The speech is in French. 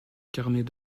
carnet